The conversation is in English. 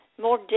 more